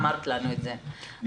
אני